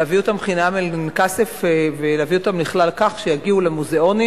להביא אותם חינם אין כסף ולהביא אותם לכך שיגיעו למוזיאונים,